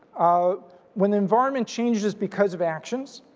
ah when the environment changes because of actions,